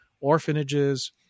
orphanages